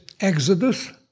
Exodus